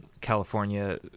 California